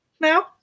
now